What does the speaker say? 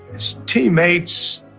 his teammates,